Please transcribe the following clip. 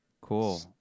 cool